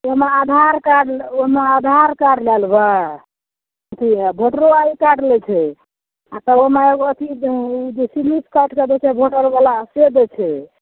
ओइमे Aadhaar card Aadhaar card लए लेबय अथी वोटरो आइ कार्ड लै छै आओर तब ओइमे अथी जे जे स्लिप काटि कए दै छै वोटरवला से दै छै